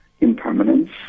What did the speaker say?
impermanence